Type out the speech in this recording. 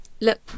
look